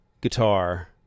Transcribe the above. guitar